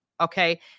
Okay